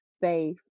faith